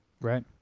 Right